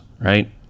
right